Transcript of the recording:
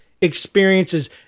experiences